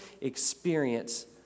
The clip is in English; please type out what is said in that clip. experience